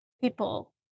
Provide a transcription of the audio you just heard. people